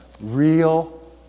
real